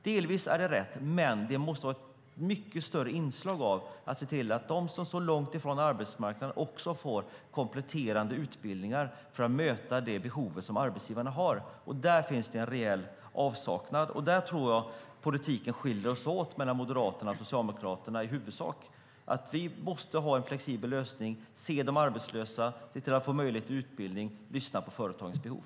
Det är delvis rätt, men det måste finnas ett större inslag av att se till att de som står långt från arbetsmarknaden också får kompletterande utbildningar för att möta de behov arbetsgivarna har. Där finns det en reell avsaknad. På den punkten skiljer sig politiken i huvudsak åt mellan Moderaterna och Socialdemokraterna. Det måste finnas en flexibel lösning där man ser de arbetslösa, de arbetslösa får utbildning och man lyssnar på företagens behov.